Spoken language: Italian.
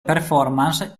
performance